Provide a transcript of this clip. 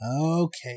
okay